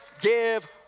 give